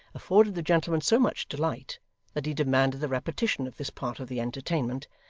afforded the gentleman so much delight that he demanded the repetition of this part of the entertainment,